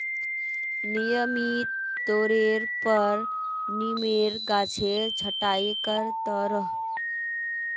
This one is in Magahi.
नियमित तौरेर पर नीमेर गाछेर छटाई कर त रोह